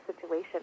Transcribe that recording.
situation